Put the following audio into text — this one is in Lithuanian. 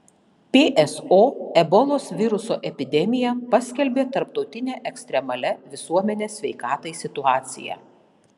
pso ebolos viruso epidemiją paskelbė tarptautine ekstremalia visuomenės sveikatai situacija